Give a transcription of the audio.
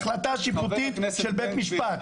החלטה שיפוטית של בית המשפט.